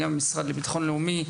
את המשרד לביטחון לאומי,